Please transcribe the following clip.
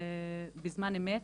בזמן אמת,